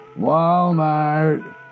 Walmart